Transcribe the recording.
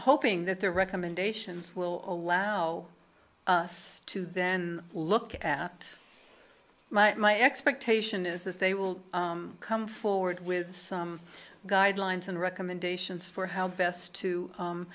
hoping that their recommendations will allow us to then look at my my expectation is that they will come forward with some guidelines and recommendations for how best to